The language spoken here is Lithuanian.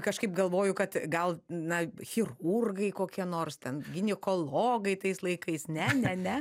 kažkaip galvoju kad gal na chirurgai kokie nors ten ginekologai tais laikais ne ne ne